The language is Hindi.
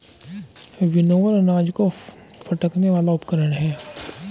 विनोवर अनाज को फटकने वाला उपकरण है